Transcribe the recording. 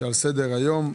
שעל סדר היום.